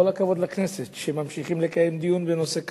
כל הכבוד לכנסת, שממשיכה לקיים דיון בנושא כאוב.